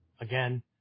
again